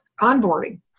onboarding